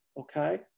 okay